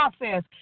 process